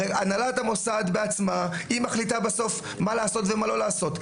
הרי הנהלת המוסד בעצמה מחליטה מה לעשות ומה לא לעשות.